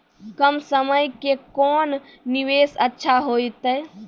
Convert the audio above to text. कम समय के कोंन निवेश अच्छा होइतै?